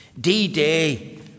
D-Day